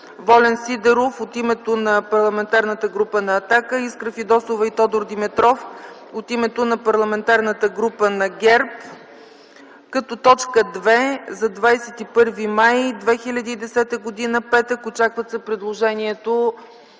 Волен Сидеров от името на Парламентарната група на „Атака”; Искра Фидосова и Тодор Димитров от името на Парламентарната група на ГЕРБ – като точка втора за 21 май 2010 г., петък. Очаква се предложението